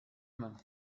main